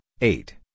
eight